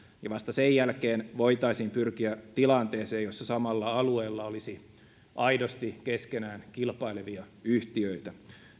ja vasta sen jälkeen voitaisiin pyrkiä tilanteeseen jossa samalla alueella olisi aidosti keskenään kilpailevia yhtiöitä